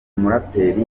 muraperi